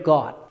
God